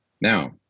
now